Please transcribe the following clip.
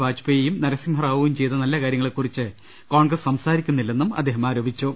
വാജ്പേയിയും നരസിംഹറാ വുവും ചെയ്ത നല്ല കാര്യങ്ങളെക്കുറിച്ച് കോൺഗ്രസ് സംസാ രിക്കുന്നില്ലെന്നും അദ്ദേഹം ആരോപിച്ചു